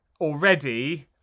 already